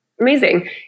amazing